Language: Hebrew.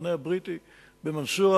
המחנה הבריטי במנסורה,